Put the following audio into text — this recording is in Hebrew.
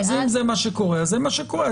אם זה מה שקורה, זה מה שקורה.